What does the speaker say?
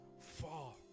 fall